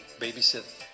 babysit